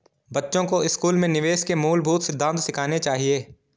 बच्चों को स्कूल में निवेश के मूलभूत सिद्धांत सिखाने चाहिए